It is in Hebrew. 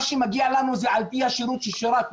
מה שמגיע לנו זה על פי השירות ששירתנו.